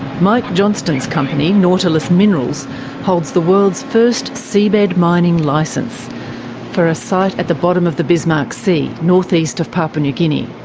mike johnston's company nautilus minerals holds the world's first seabed mining license for a site at the bottom of the bismarck sea, north-east of papua new guinea.